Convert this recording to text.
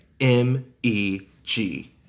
M-E-G